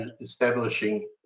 establishing